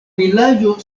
vilaĝo